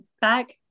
back